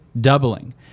doubling